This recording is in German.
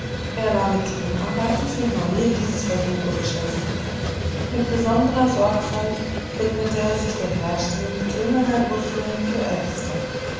er war mit tonarbeiten für neue gießversuche beschäftigt mit besonderer sorgfalt widmete er sich der herstellung tönerner gußhüllen für äxte